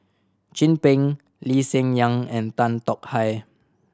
Chin Peng Lee Hsien Yang and Tan Tong Hye